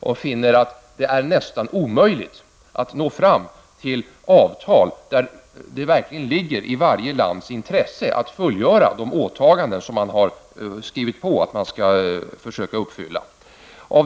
Han finner att det är nästan omöjligt att nå fram till avtal där det verkligen ligger i varje lands intresse att fullgöra de åtaganden som man har skrivit på att man skall försöka uppfylla.